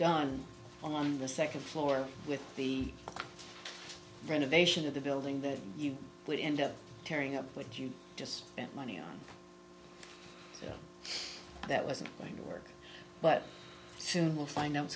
done on the second floor with the renovation of the building that you would end up tearing up what you just spent money on that wasn't going to work but soon we'll find out